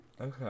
Okay